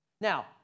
Now